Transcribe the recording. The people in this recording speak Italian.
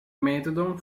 metodo